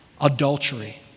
adultery